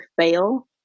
fail